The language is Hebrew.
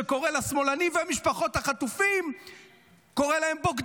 שקורא לשמאלנים ולמשפחות החטופים בוגדים,